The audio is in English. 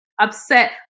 upset